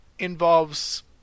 Involves